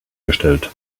gestellt